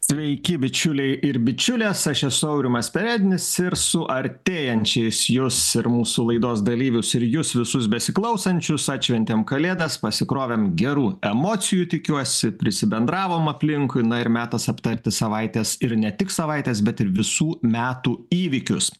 sveiki bičiuliai ir bičiulės aš esu aurimas perednis ir su artėjančiais jus ir mūsų laidos dalyvius ir jus visus besiklausančius atšventėm kalėdas pasikrovėm gerų emocijų tikiuosi prisibendravom aplinkui na ir metas aptarti savaitės ir ne tik savaitės bet ir visų metų įvykius